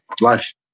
life